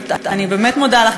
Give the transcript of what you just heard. ואני באמת מודה לך,